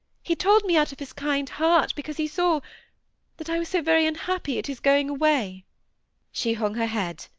he told me out of his kind heart, because he saw that i was so very unhappy at his going away she hung her head,